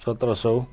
सत्र सौ